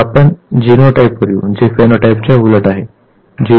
मग आपण जीनोटाइपवर येऊ जे फेनोटाइपच्या उलट आहे